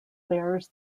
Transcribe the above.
bears